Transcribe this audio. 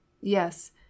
Yes